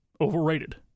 overrated